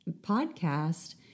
podcast